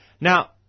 Now